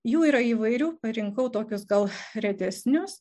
jų yra įvairių parinkau tokius gal retesnius